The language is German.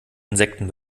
insekten